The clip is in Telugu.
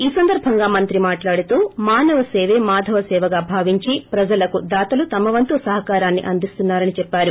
ఈ సందర్బంగా మంత్రి మాట్లాడుతూ మానవ సేపే మాధవ సేవగా భావించి ప్రజలకు దాతలు తమవంతు సహారాన్ని అందిస్తున్నారని చెప్పారు